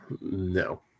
No